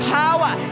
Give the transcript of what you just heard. power